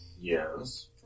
Yes